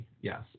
Yes